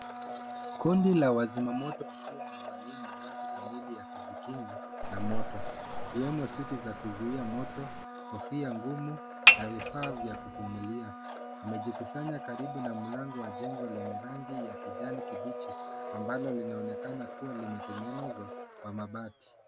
Kundi la wa zimamoto wakiwa wamevalia mavazi kamili ya kujikinga na moto. Ikiwemo suti za kuzuia moto, kofia ngumu na vifaa vya kupumulia. Wamejikusanya karibu na mlango wa jengo lenye rangi ya kijani kibichi, ambalo linaonekana kuwa limetengenezwa kwa mabati.